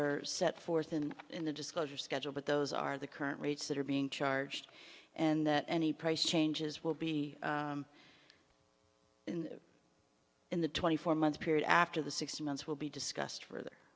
are set forth and in the disclosure schedule but those are the current rates that are being charged and that any price changes will be in in the twenty four month period after the six months will be discussed further